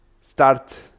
start